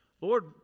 lord